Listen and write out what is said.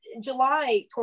july